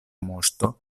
moŝto